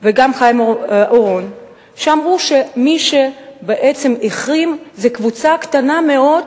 וגם חבר הכנסת חיים אורון אמרו שמי שבעצם החרים זו קבוצה קטנה מאוד